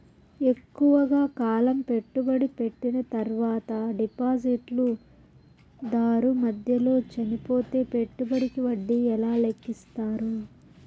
ఎక్కువగా కాలం పెట్టుబడి పెట్టిన తర్వాత డిపాజిట్లు దారు మధ్యలో చనిపోతే పెట్టుబడికి వడ్డీ ఎలా లెక్కిస్తారు?